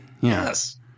Yes